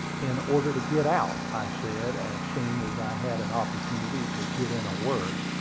in order to get out, i said, as soon as i had an opportunity to get in a word.